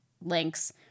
links